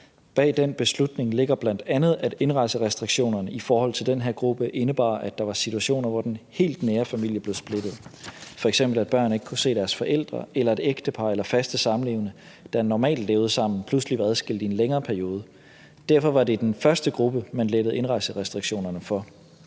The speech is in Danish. Bag den beslutning ligger bl.a., at indrejserestriktionerne i forhold til den her gruppe indebar, at der var situationer, hvor den helt nære familie blev splittet, f.eks. at børn ikke kunne se deres forældre, eller at ægtepar eller faste samlevende, der normalt levede sammen, pludselig var adskilt i en længere periode. Derfor var det den første gruppe, som man lettede indrejserestriktionerne for.